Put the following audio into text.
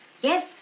Yes